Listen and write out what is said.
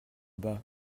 bas